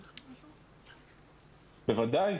בוודאי.